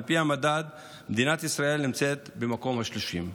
על פי המדד מדינת ישראל נמצאת במקום ה-30.